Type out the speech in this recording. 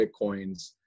Bitcoins